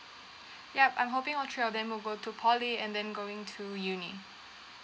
yup I'm hoping all three of them will go to poly and then going to uni